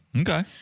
Okay